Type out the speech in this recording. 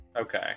okay